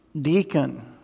deacon